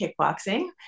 kickboxing